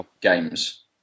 games